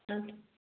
ம்